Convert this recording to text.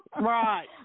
Right